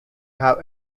have